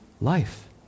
Life